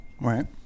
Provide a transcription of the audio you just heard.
Right